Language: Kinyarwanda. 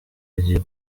agiye